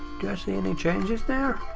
do i see any changes there?